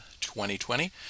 2020